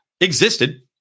existed